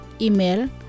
Email